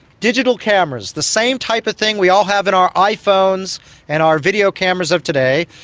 digital cameras, the same type of thing we all have in our iphones and our video cameras of today,